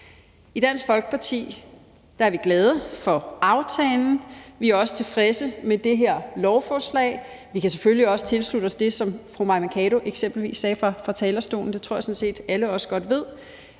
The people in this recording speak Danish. I Dansk Folkeparti er vi glade for aftalen. Vi er også tilfredse med det her lovforslag. Vi kan selvfølgelig også tilslutte os det, som fru Mai Mercado eksempelvis sagde fra talerstolen; det tror jeg sådan set at alle også godt ved.